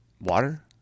water